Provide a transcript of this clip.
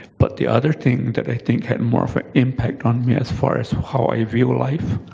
but the other thing that i think had more of an impact on me, as far as how i view life,